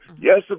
Yes